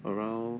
around